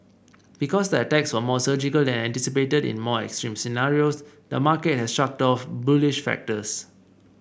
because the attacks were more surgical than anticipated in more extreme scenarios the market has shrugged off bullish factors